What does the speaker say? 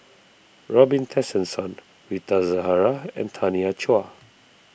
Robin Tessensohn Rita Zahara and Tanya Chua